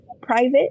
private